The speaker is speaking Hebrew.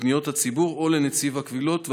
לפניות הציבור או לנציב הקבילות.